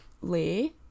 Lay